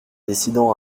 décidant